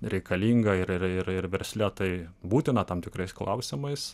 reikalinga ir ir ir versle tai būtina tam tikrais klausimais